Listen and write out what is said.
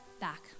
back